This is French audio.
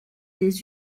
des